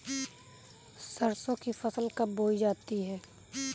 सरसों की फसल कब बोई जाती है?